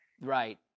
Right